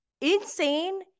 insane